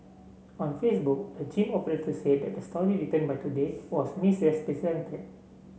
on Facebook the gym operator said that the story written by Today was missis presented